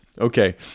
Okay